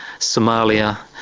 somalia,